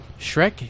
Shrek